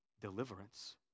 Deliverance